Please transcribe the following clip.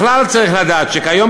בכלל צריך לדעת שכיום,